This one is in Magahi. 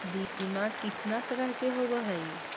बीमा कितना तरह के होव हइ?